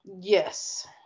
Yes